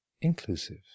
inclusive